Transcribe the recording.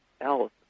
else